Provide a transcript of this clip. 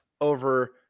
over